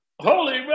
holy